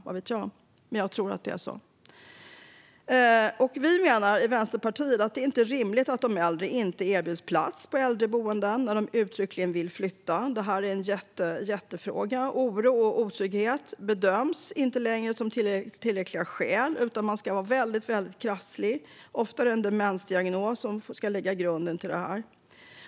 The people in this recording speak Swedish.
Vad vet jag - men jag tror att det är så. Vi i Vänsterpartiet menar att det inte är rimligt att de äldre inte erbjuds plats på äldreboenden när de uttryckligen vill flytta. Det här är en jättefråga. Oro och otrygghet bedöms inte längre som tillräckliga skäl, utan man ska vara väldigt krasslig. Ofta är det en demensdiagnos som ska lägga grunden till det här.